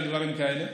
על דברים כאלה.